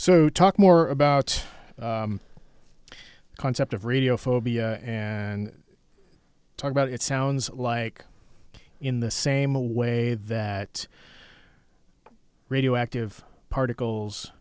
so talk more about the concept of radio phobia and talk about it sounds like in the same a way that radioactive particles